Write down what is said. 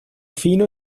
fino